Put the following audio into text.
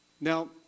Now